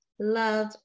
love